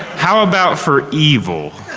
how about for evil?